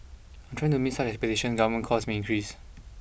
in trying to meet such expectations governance costs may increase